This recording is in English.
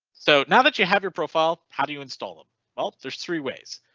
so now that you have your profile, how do you install them well, there's three ways,